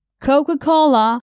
Coca-Cola